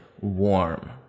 warm